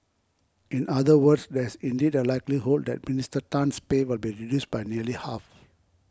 in other words there's indeed a likelihood that Minister Tan's pay will be reduced by nearly half